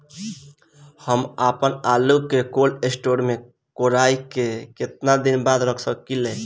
हम आपनआलू के कोल्ड स्टोरेज में कोराई के केतना दिन बाद रख साकिले?